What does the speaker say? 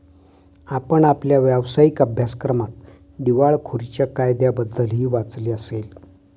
आपण आपल्या व्यावसायिक अभ्यासक्रमात दिवाळखोरीच्या कायद्याबद्दलही वाचले असेल